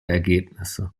ergebnisse